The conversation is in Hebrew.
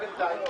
מי בעד?